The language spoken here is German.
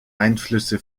einflüsse